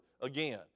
again